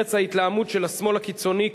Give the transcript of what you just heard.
פרץ ההתלהמות של השמאל הקיצוני,